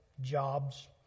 jobs